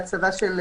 אתה יודע למה?